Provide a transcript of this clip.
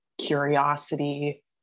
curiosity